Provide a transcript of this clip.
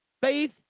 faith